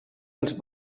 els